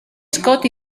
scott